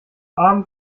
abend